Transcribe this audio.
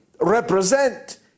represent